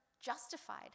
justified